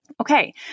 Okay